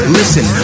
listen